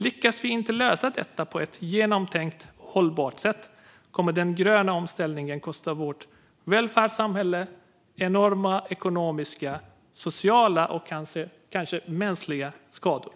Lyckas vi inte lösa detta på ett genomtänkt och hållbart sätt kommer den gröna omställningen att orsaka vårt välfärdssamhälle enorma ekonomiska, sociala och kanske mänskliga skador.